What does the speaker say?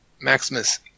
Maximus